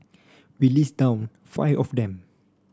we list down five of them